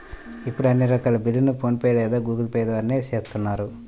ఇప్పుడు అన్ని రకాల బిల్లుల్ని ఫోన్ పే లేదా గూగుల్ పే ల ద్వారానే చేత్తన్నారు